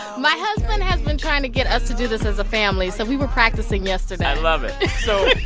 my husband has been trying to get us to do this as a family. so we were practicing yesterday i love it. so.